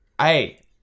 Hey